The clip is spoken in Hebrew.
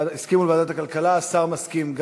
הסכימו על ועדת הכלכלה, השר מסכים.